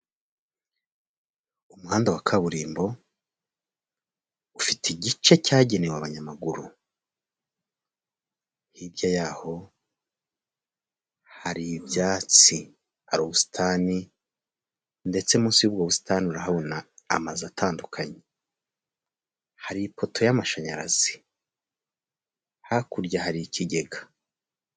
Umuhanda wa kaburimbo ufite igice cyagenewe abanyamaguru, hirya yaho hari ibyatsi, hari ubusitani ndetse munsi y'ubwo busitani urahabona amazu atandukanye, hari ipoto y'amashanyarazi, hakurya hari ikigega.